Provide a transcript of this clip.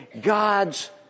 God's